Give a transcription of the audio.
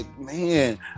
man